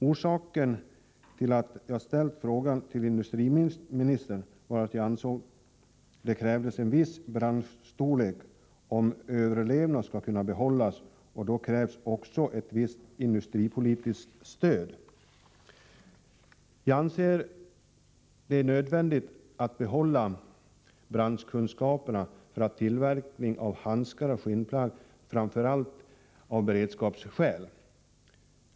Orsaken till att jag framställt min fråga till industriministern är att jag anser att det krävs en viss branschstorlek för att branschen skall kunna överleva. Därmed krävs också ett visst industripolitiskt stöd. Jag anser det nödvändigt att behålla branschkunskaperna när det gäller tillverkning av handskar och skinnplagg — framför allt av beredskapsskäl.